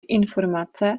informace